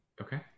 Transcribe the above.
Okay